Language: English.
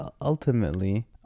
ultimately